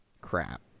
crap